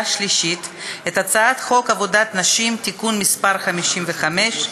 שלישית את הצעת חוק עבודת נשים (תיקון מס' 55),